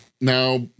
now